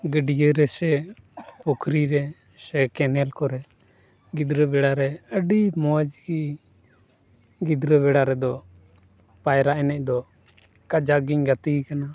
ᱜᱟᱹᱰᱭᱟᱹ ᱨᱮ ᱥᱮ ᱯᱷᱩᱠᱷᱨᱤ ᱨᱮ ᱥᱮ ᱠᱮᱱᱮᱞ ᱠᱚᱨᱮ ᱜᱤᱫᱽᱨᱟᱹ ᱵᱮᱲᱟᱨᱮ ᱟᱹᱰᱤ ᱢᱚᱡᱽ ᱜᱮ ᱜᱤᱫᱽᱨᱟᱹ ᱵᱤᱲᱟ ᱨᱮᱫᱚ ᱯᱟᱭᱨᱟ ᱮᱱᱮᱡ ᱫᱚ ᱠᱟᱡᱟᱠ ᱜᱤᱧ ᱜᱟᱛᱤ ᱟᱠᱟᱱᱟ